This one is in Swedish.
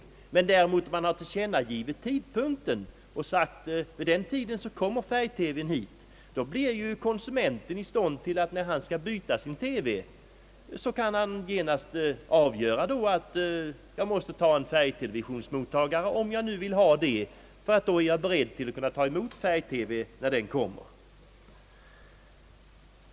Har man däremot tillkännagivit vid vilken tidpunkt färg-TV skall komma hit, kan konsumenten när han skall byta sin TV genast avgöra att han skall ha en färgtelevisionsmotiagare, om han vill ha en sådan.